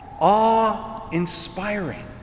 awe-inspiring